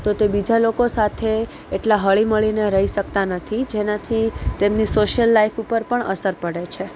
તો તે બીજા લોકો સાથે એટલા હળીમળીને રહી શકતા નથી જેનાથી તેમની સોશિયલ લાઇફ ઉપર પણ અસર પડે છે